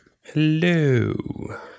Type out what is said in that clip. Hello